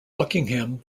buckingham